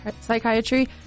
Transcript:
psychiatry